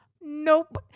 Nope